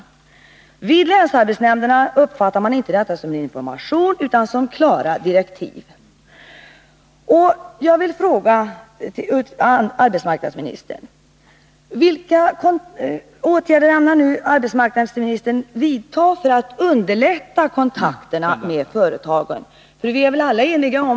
Men vid länsarbets nämnderna uppfattar man inte det som information utan som klara för skolungdom